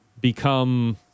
become